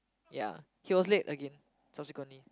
ya he was late again subsequently